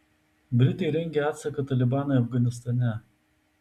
britai rengia atsaką talibanui afganistane